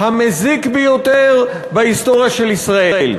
המזיק ביותר בהיסטוריה של ישראל.